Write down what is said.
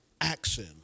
action